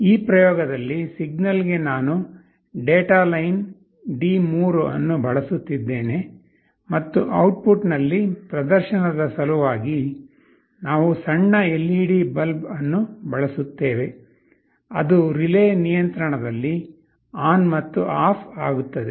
ಈ ಪ್ರಯೋಗದಲ್ಲಿ ಸಿಗ್ನಲ್ ಗೆ ನಾನು ಡೇಟಾ ಲೈನ್ D3 ಅನ್ನು ಬಳಸುತ್ತಿದ್ದೇನೆ ಮತ್ತು ಔಟ್ಪುಟ್ ನಲ್ಲಿ ಪ್ರದರ್ಶನದ ಸಲುವಾಗಿ ನಾವು ಸಣ್ಣ LED ಬಲ್ಬ್ ಅನ್ನು ಬಳಸುತ್ತೇವೆ ಅದು ರಿಲೇ ನಿಯಂತ್ರಣದಲ್ಲಿ ಆನ್ ಮತ್ತು ಆಫ್ ಆಗುತ್ತದೆ